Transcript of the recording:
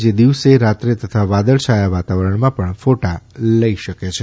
જે દિવસે રાત્રે તથા વાદળછા વાતાવરણમાં પણ ફોટા લઇ શકે છે